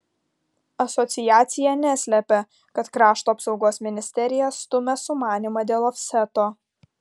asociacija neslepia kad krašto apsaugos ministerija stumia sumanymą dėl ofseto